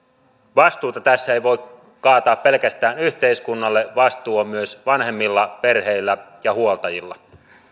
vastuuta tässä ei voi kaataa pelkästään yhteiskunnalle vastuu on myös vanhemmilla perheillä ja huoltajilla